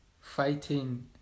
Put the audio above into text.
fighting